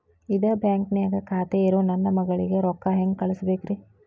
ಇದ ಬ್ಯಾಂಕ್ ನ್ಯಾಗ್ ಖಾತೆ ಇರೋ ನನ್ನ ಮಗಳಿಗೆ ರೊಕ್ಕ ಹೆಂಗ್ ಕಳಸಬೇಕ್ರಿ?